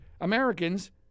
Americans